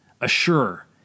assure